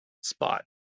spot